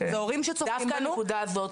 אלה הורים שצופים בנו,